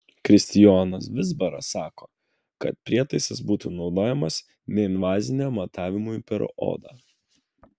kristijonas vizbaras sako kad prietaisas būtų naudojamas neinvaziniam matavimui per odą